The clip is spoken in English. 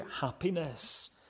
happiness